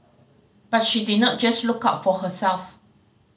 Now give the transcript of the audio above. but she did not just look out for herself